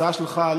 ההצעה שלך,